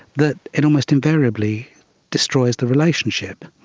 that it almost invariably destroys the relationship.